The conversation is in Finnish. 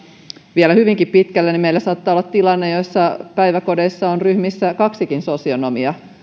vielä hyvinkin pitkälle että meillä saattaa olla tilanne jossa päiväkodeissa on ryhmissä kaksikin sosionomia